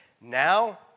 Now